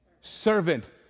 servant